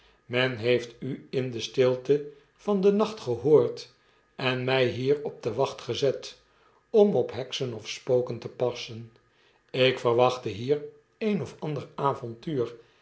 men heeft u in de stilte van den nacht gehoord en mjj hier op de wacht gezet om op heksen of spoken te passen ik verwachtte hier een of ander avontuur